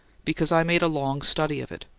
because i made a long study of it.